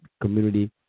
community